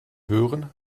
hören